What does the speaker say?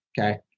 Okay